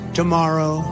tomorrow